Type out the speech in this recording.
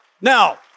Now